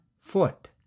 foot